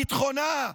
ביטחונה,